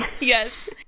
yes